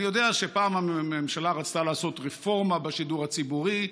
אני יודע שפעם הממשלה רצתה לעשות רפורמה בשידור הציבורי,